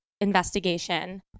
investigation